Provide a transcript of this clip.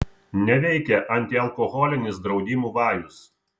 neveikia antialkoholinis draudimų vajus